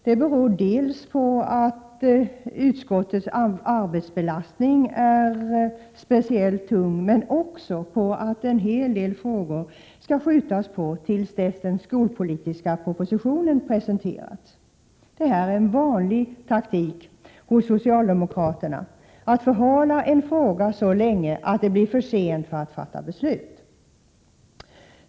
Detta beror i sin tur på att utskottets arbetsbelastning är mycket hög, men också på att en hel del frågor skall framskjutas till dess att den skolpolitiska propositionen har presenterats. Det här är en vanlig taktik hos socialdemokraterna — att förhala en fråga så länge att det blir för sent att fatta beslut.